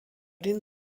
den